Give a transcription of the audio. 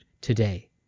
today